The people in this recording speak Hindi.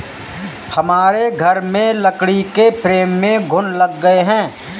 हमारे घर में लकड़ी के फ्रेम में घुन लग गए हैं